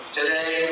today